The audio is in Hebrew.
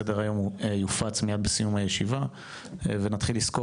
סדר יום יופץ מיד בסיום הישיבה ונתחיל לסקור